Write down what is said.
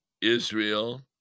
Israel